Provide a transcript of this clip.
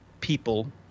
people